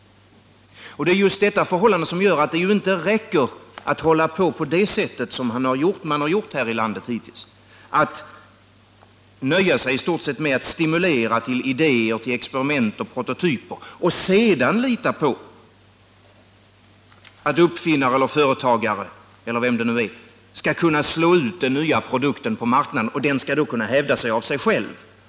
Det är just detta förhållande som gör att det är otillräckligt att fortsätta på det sätt som man hittills har gjort här i landet. Man har i stort sett nöjt sig med att stimulera till idéer, experiment och prototyper men sedan litat på att uppfinnare, företagare eller vilka det nu är skall kunna föra ut den nya produkten på marknaden. Produkten skall då kunna hävda sig av sig själv.